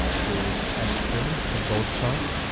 ah with ed sim from boldstart.